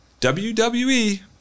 WWE